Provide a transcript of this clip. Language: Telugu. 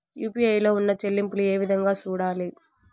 యు.పి.ఐ లో ఉన్న చెల్లింపులు ఏ విధంగా సూడాలి